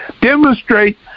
demonstrate